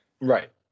Right